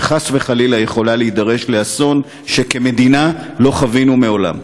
שחס וחלילה יכולה להידרש לאסון שכמדינה לא חווינו מעולם.